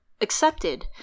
accepted